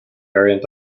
variant